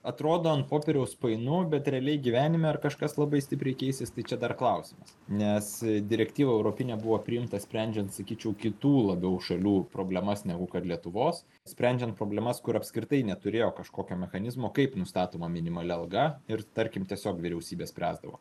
atrodo ant popieriaus painu bet realiai gyvenime ar kažkas labai stipriai keisis tai čia dar klausimas nes direktyva europinė buvo priimta sprendžiant sakyčiau kitų labiau šalių problemas negu kad lietuvos sprendžiant problemas kur apskritai neturėjo kažkokio mechanizmo kaip nustatoma minimali alga ir tarkim tiesiog vyriausybė spręsdavo